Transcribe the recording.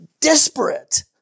desperate